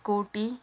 scooty